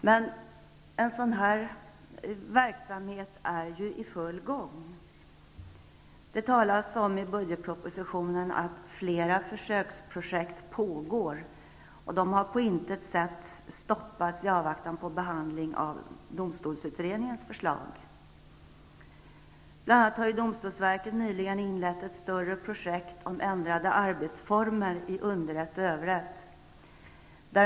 Men en sådan verksamhet är ju i full gång. Det talas i budgetpropositionen om att flera försöksprojekt pågår, och de har på intet sätt stoppats i avvaktan på behandling av domstolsutredningens förslag. Bl.a. har domstolsverket nyligen inlett ett större projekt om ändrade arbetsformer i underrätt och överrätt.